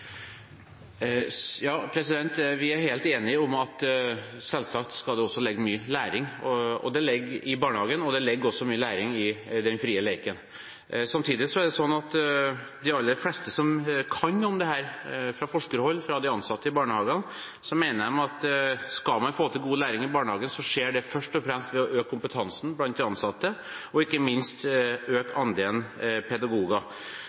i barnehagen, og at det ligger mye læring i den frie leken. Samtidig er det slik at de aller fleste som kan noe om dette, fra forskerhold og fra de ansatte i barnehagen, mener at skal man få til god læring i barnehagen, skjer det først og fremst ved å øke kompetansen blant de ansatte, og ikke minst ved å øke andelen pedagoger.